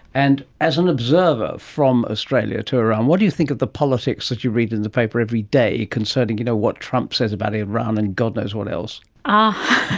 and as an observer from australia to iran, what do you think of the politics that you read in the paper every day concerning, you know, what trump says about iran and god knows what else? ah